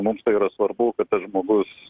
mums tai yra svarbu kad tas žmogus